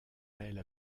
mêle